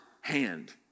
hand